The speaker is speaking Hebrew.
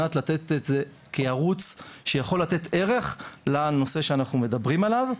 על מנת לתת את זה כערוץ שיכול לתת ערך לנושא שאנחנו מדברים עליו,